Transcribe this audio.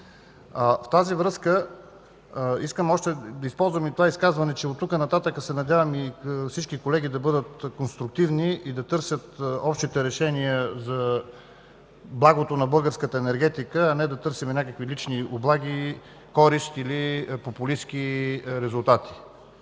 В тази връзка искам да използвам това изказване, че оттук нататък се надявам и всички колеги да бъдат конструктивни и да търсят общите решения за благото на българската енергетика, а не да търсим някакви лични облаги, корист или популистки резултати.